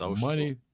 money